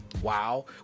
wow